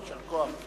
יישר כוח.